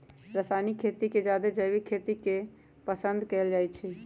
रासायनिक खेती से जादे जैविक खेती करे के पसंद कएल जाई छई